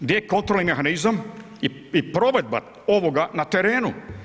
Gdje je kontrolni mehanizam i provedba ovoga na terenu.